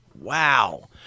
Wow